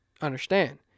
understand